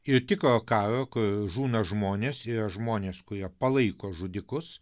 ir tikro kai žūna žmonės yra žmonės kurie palaiko žudikus